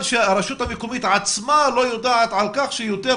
הרשות המקומית עצמה לא יודעת על כך שיותר